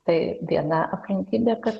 tai viena aplinkybė kad